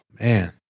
Man